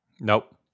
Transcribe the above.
Nope